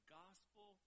gospel